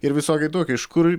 ir visokie tokie iš kur